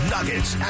Nuggets